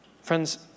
Friends